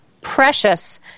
precious